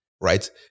right